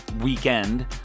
Weekend